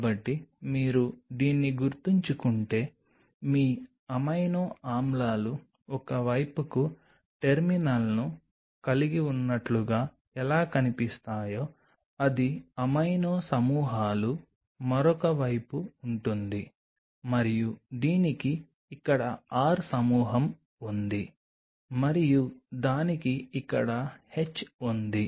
కాబట్టి మీరు దీన్ని గుర్తుంచుకుంటే మీ అమైనో ఆమ్లాలు ఒక వైపు కూ టెర్మినల్ను కలిగి ఉన్నట్లుగా ఎలా కనిపిస్తాయో అది అమైనో సమూహాలు మరొక వైపు ఉంటుంది మరియు దీనికి ఇక్కడ R సమూహం ఉంది మరియు దానికి ఇక్కడ H ఉంది